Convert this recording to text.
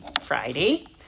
Friday